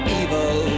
evil